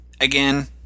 again